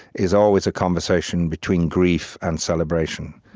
is always a conversation between grief and celebration.